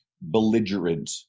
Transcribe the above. belligerent